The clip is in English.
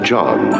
John